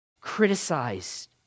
criticized